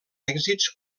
èxits